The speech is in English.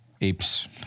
apes